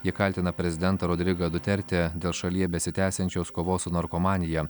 jie kaltina prezidentą rodrigą duterte dėl šalyje besitęsiančios kovos su narkomanija